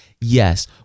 Yes